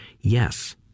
yes